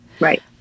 Right